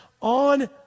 on